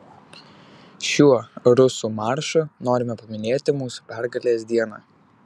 šiuo rusų maršu norime paminėti mūsų pergalės dieną